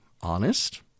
honest